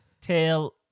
tail